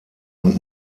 und